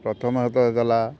ପ୍ରଥମତଃ ହେଇଗଲା